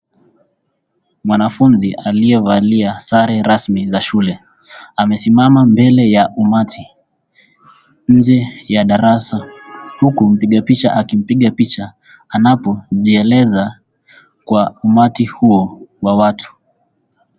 Mwanafunzi aliyevalia sare rasmi za shule. Amesimama mbele ya umati, nje ya darasa, huku mpiga picha akimpiga picha anapojieleza kwa umati huo wa watu.